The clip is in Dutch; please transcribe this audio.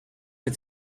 met